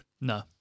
No